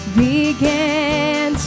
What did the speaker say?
began